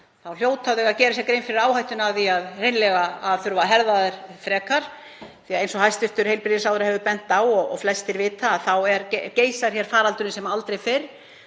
hljóta þau að gera sér grein fyrir hættunni á því að hreinlega þurfi að herða þær frekar. Eins og hæstv. heilbrigðisráðherra hefur bent á og flestir vita geisar faraldurinn sem aldrei fyrr.